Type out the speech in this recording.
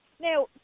Now